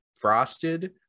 frosted